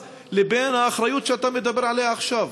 לבין האחריות שאתה מדבר עליה עכשיו.